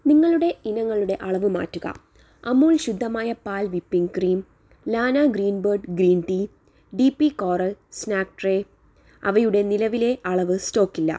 നിങ്ങളുടെ ഇനങ്ങളുടെ അളവ് മാറ്റുക അമൂൽ ശുദ്ധമായ പാൽ whipping cream Lana Greenbird green tea D P coral snack tray അവയുടെ നിലവിലെ അളവ് സ്റ്റോക്കില്ല